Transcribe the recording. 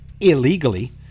illegally